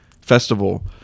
festival